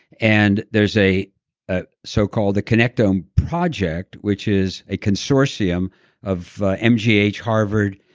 and there's a a socalled the connectome um project, which is a consortium of mgh, harvard,